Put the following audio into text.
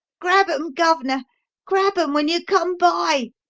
grab em, gov'nor grab em when you come by!